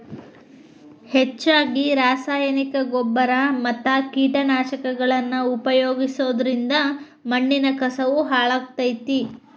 ಹೆಚ್ಚಗಿ ರಾಸಾಯನಿಕನ ಗೊಬ್ಬರ ಮತ್ತ ಕೇಟನಾಶಕಗಳನ್ನ ಉಪಯೋಗಿಸೋದರಿಂದ ಮಣ್ಣಿನ ಕಸವು ಹಾಳಾಗ್ತೇತಿ